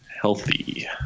healthy